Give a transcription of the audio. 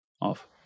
off